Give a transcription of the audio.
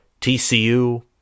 TCU